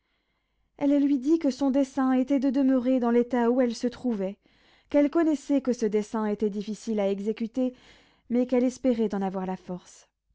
elle lui dit que son dessein était de demeurer dans l'état où elle se trouvait qu'elle connaissait que ce dessein était difficile à exécuter mais qu'elle espérait d'en avoir la force